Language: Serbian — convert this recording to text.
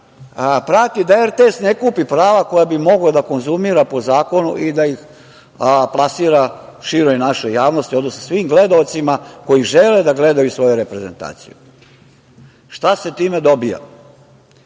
prati da RTS ne kupi prava koja bi mogao da konzumira po zakonu i da ih plasira široj našoj javnosti, odnosno svim gledaocima koji žele da gledaju svoju reprezentaciju. Šta se time dobija?